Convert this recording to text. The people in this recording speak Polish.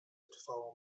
trwało